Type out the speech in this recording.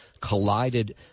collided